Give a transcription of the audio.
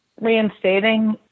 reinstating